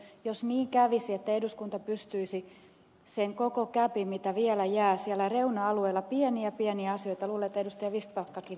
jos niin kävisi että eduskunta pystyisi sen koko gäpin mitä vielä jää siellä reuna alueella niitä pieniä pieniä asioita luulen että ed